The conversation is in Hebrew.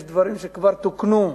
יש דברים שכבר תוקנו,